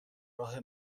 راه